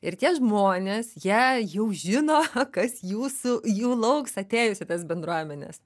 ir tie žmonės jie jau žino kas jūsų jų lauks atėjus į tas bendruomenes